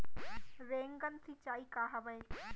Rain gun सिंचाई का हवय?